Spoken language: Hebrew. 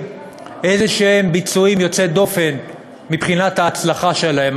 איזשהם ביצועים יוצאי דופן מבחינת ההצלחה שלהם.